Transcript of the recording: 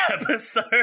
episode